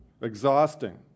exhausting